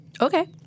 Okay